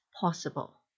possible